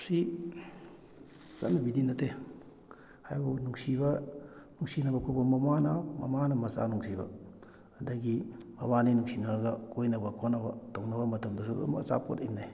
ꯁꯤ ꯆꯠꯅꯕꯤꯗꯤ ꯅꯠꯇꯦ ꯍꯥꯏꯕꯕꯨ ꯅꯨꯡꯁꯤꯕ ꯅꯨꯡꯁꯤꯅꯕ ꯈꯣꯠꯄ ꯃꯃꯥꯅ ꯃꯃꯥꯅ ꯃꯆꯥ ꯅꯨꯡꯁꯤꯕ ꯑꯗꯒꯤ ꯃꯕꯥꯅꯤ ꯅꯨꯡꯁꯤꯅꯔꯒ ꯀꯣꯏꯅꯕ ꯈꯣꯠꯅꯕ ꯇꯧꯅꯕ ꯃꯇꯝꯗꯁꯨ ꯑꯗꯨꯝ ꯑꯆꯥꯄꯣꯠ ꯏꯟꯅꯩ